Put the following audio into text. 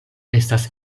estas